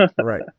Right